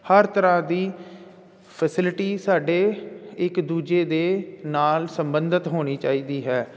ਹਰ ਤਰ੍ਹਾਂ ਦੀ ਫੈਸਿਲਿਟੀ ਸਾਡੇ ਇੱਕ ਦੂਜੇ ਦੇ ਨਾਲ ਸੰਬੰਧਿਤ ਹੋਣੀ ਚਾਹੀਦੀ ਹੈ